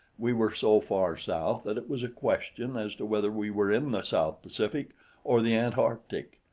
we were so far south that it was a question as to whether we were in the south pacific or the antarctic.